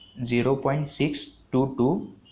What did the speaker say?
0.622